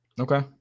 Okay